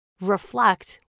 reflect